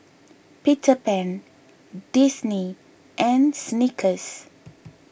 Peter Pan Disney and Snickers